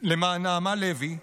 למען נעמה לוי,